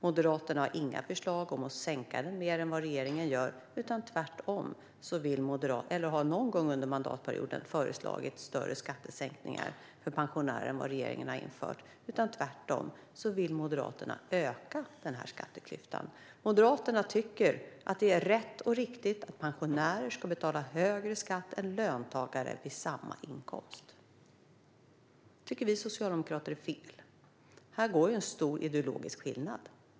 Moderaterna har inga förslag om att minska den mer än regeringen gör och har inte någon gång under mandatperioden föreslagit större skattesänkningar för pensionärer än regeringen har infört. Tvärtom vill Moderaterna öka skatteklyftan. Moderaterna tycker att det är rätt och riktigt att pensionärer ska betala högre skatt än löntagare vid samma inkomst. Det tycker vi socialdemokrater är fel. Här finns en stor ideologisk skillnad.